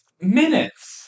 minutes